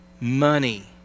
Money